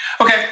Okay